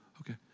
okay